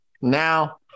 now